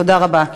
תודה רבה.